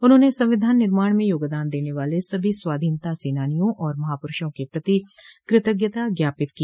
उन्होंने संविधान निर्माण में योगदान देने वाले सभी स्वाधीनता सेनानियों और महापुरूषों के प्रति कृतज्ञता ज्ञापित की